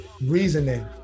reasoning